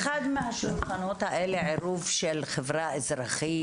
היה באחד מהשולחנות האלה עירוב של חברה אזרחית.